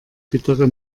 bittere